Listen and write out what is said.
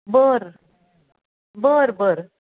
बरं बरं बरं